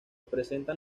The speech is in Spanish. presentan